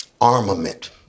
armament